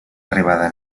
arribada